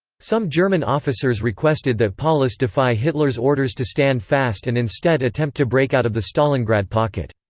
some german officers requested that paulus defy hitler's orders to stand fast and instead attempt to break out of the stalingrad pocket.